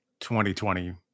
2020